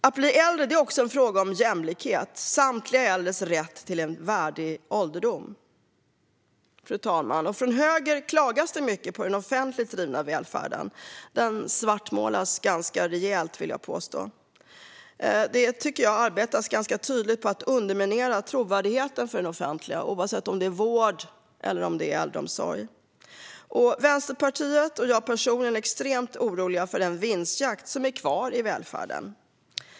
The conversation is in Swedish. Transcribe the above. Att bli äldre är också en fråga om jämlikhet - samtliga äldres rätt till en värdig ålderdom. Från höger klagas det mycket på den offentligt drivna välfärden. Den svartmålas ganska rejält, vill jag påstå. Jag tycker att det arbetas ganska tydligt med att underminera trovärdigheten för den offentliga vården och äldreomsorgen. Vänsterpartiet och jag personligen är extremt oroliga för den vinstjakt som är kvar i välfärden.